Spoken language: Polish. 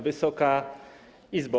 Wysoka Izbo!